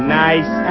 nice